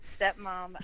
stepmom